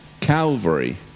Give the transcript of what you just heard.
Calvary